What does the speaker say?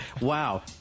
Wow